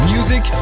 Music